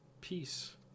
peace